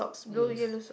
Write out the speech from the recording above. yes